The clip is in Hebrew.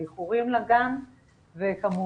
על איחורים לגן וכמובן,